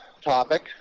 topic